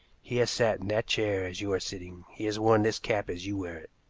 he has sat in that chair as you are sitting, he has worn this cap as you wear it.